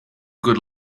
good